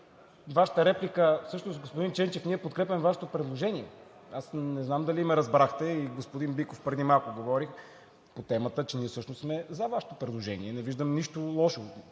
Вашата реплика, всъщност, господин Ченчев, ние подкрепяме Вашето предложение. Аз не знам дали ме разбрахте. И господин Биков преди малко говори по темата, че ние всъщност сме за Вашето предложение. Не виждам нищо лошо.